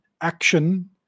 action